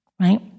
Right